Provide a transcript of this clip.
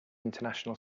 international